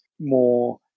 more